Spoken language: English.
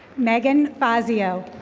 megan fazzio.